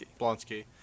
Blonsky